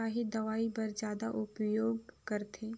काही दवई बर जादा उपयोग करथे